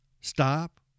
stop